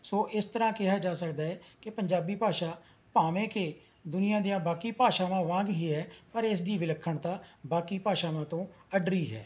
ਸੋ ਇਸ ਤਰ੍ਹਾਂ ਕਿਹਾ ਜਾ ਸਕਦਾ ਹੈ ਕਿ ਪੰਜਾਬੀ ਭਾਸ਼ਾ ਭਾਵੇਂ ਕਿ ਦੁਨੀਆ ਦੀਆਂ ਬਾਕੀ ਭਾਸ਼ਾਵਾਂ ਵਾਂਗ ਹੀ ਹੈ ਪਰ ਇਸ ਦੀ ਵਿਲੱਖਣਤਾ ਬਾਕੀ ਭਾਸ਼ਾਵਾਂ ਤੋਂ ਅੱਡਰੀ ਹੈ